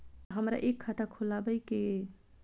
हमरा एक खाता खोलाबई के ये?